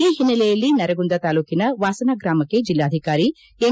ಈ ಹಿನ್ನೆಲೆಯಲ್ಲಿ ನರಗುಂದ ತಾಲೂಕಿನ ವಾಸನ ಗ್ರಾಮಕ್ಕೆ ಜಿಲ್ಲಾಧಿಕಾರಿ ಎಂ